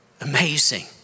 Amazing